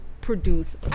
produce